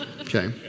Okay